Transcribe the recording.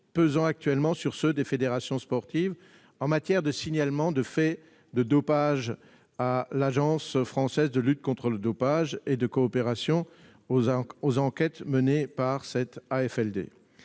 pèsent actuellement sur ceux des fédérations sportives en matière de signalement de faits de dopage à l'Agence française de lutte contre le dopage et de coopération aux enquêtes menées par celle-ci.